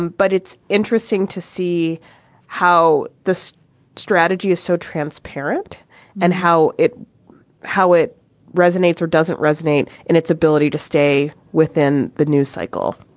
um but it's interesting to see how this strategy is so transparent and how it how it resonates or doesn't resonate and its ability to stay within the news cycle.